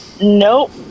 Nope